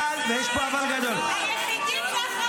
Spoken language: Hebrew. ויש פה אבל גדול --- תגיד לי, באיזה סרט אתה חי?